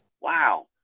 wow